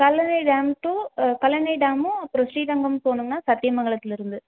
Kallanai dam to ஆ கல்லணை டேமும் அப்புறோம் ஸ்ரீரங்கமும் போவனும்ண்ணா சத்தியமங்கலத்துலர்ந்து